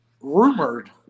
rumored